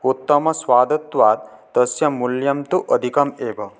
उत्तमस्वादत्वात् तस्य मूल्यं तु अधिकम् एव